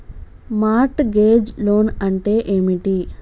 Mart gauge loan అంటే ఏమిటి?